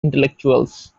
intellectuals